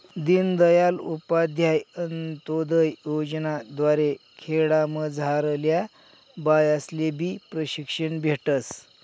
दीनदयाल उपाध्याय अंतोदय योजना द्वारे खेडामझारल्या बायास्लेबी प्रशिक्षण भेटस